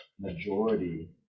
majority